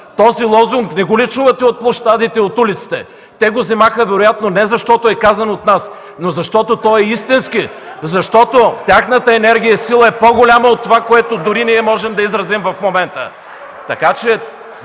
този лозунг не го ли чувахте от площадите и от улиците? Те вероятно го взеха не защото е казан от нас, а защото е истински. Тяхната енергийна сила е по-голяма от това, което дори ние можем да изразим в момента.